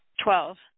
Twelve